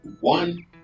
one